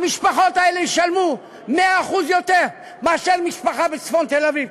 המשפחות האלה ישלמו 100% יותר מאשר משפחה בצפון תל-אביב?